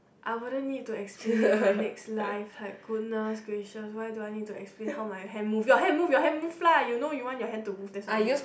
I wouldn't need to explain it in my next life like goodness gracious why do I need to explain how my hand move your hand move your hand move lah you know you want your hand to move that's why it moves